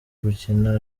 gukina